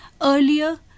Earlier